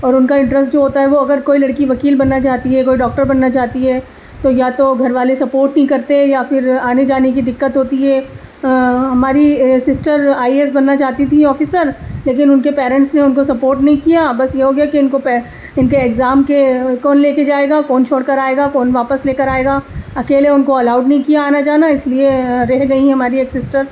اور ان کا انٹرسٹ جو ہوتا ہے وہ اگر کوئی لڑکی وکیل بننا چاہتی ہے کوئی ڈاکٹر بننا چاہتی ہے تو یا تو گھر والے سپوٹ نہیں کرتے یا پھر آنے جانے کی دقت ہوتی ہے ہماری سسٹر آئی ایس بننا چاہتی تھی آفیسر لیکن ان کے پیرینٹس نے ان کو سپوٹ نہیں کیا بس یہ ہو گیا کہ ان کو ان کے اگزام کے کون لے کے جائے گا کون چھوڑ کر آئے گا کون واپس لے کر آئے گا اکیلے ان کو الاؤڈ نہیں کیا آنا جانا اس لیے رہ گئیں ہماری ایک سسٹر